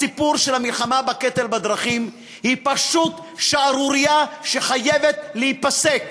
הסיפור של המלחמה בקטל בדרכים הוא פשוט שערורייה שחייבת להיפסק.